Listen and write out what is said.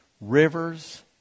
rivers